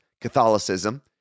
Catholicism